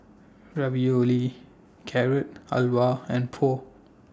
Ravioli Carrot Halwa and Pho